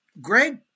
Greg